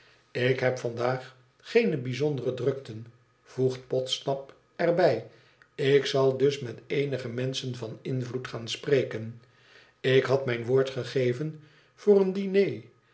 ik heb vandaag geene bijzondere drukten voegt podsnap er bij ik zal dus met eenige menschen van invloed gaan spreken ik had mijn woord gegeven voor een diner